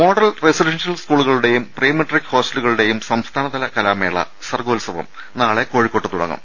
model residential സ്കൂളുകളുടേയും prematric ഹോസ്റ്റലുകളുടേയും സംസ്ഥാനതല കലാമേള സർഗോ ത്സവം നാളെ കോഴിക്കോട്ട് തുടങ്ങും